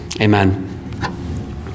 amen